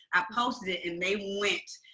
i posted it, and they went.